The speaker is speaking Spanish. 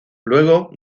luego